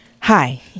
Hi